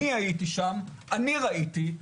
אני הייתי שם, אני ראיתי.